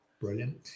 brilliant